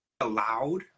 allowed